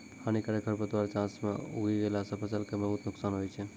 हानिकारक खरपतवार चास मॅ उगी गेला सा फसल कॅ बहुत नुकसान होय छै